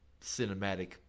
cinematic